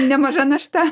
nemaža našta